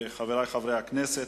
חברי חברי הכנסת,